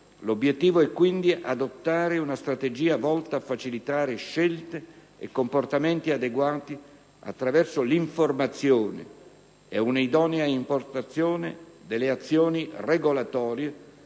l'obiettivo è, quindi, adottare una strategia volta a facilitare scelte e comportamenti adeguati attraverso l'informazione e una idonea impostazione delle azioni regolatorie,